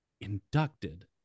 inducted